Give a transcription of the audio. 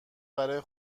برا